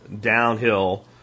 downhill